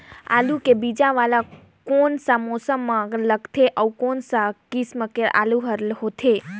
आलू के बीजा वाला कोन सा मौसम म लगथे अउ कोन सा किसम के आलू हर होथे?